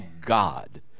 God